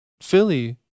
Philly